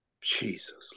Jesus